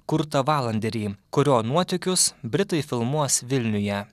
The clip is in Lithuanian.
kurtą valanderį kurio nuotykius britai filmuos vilniuje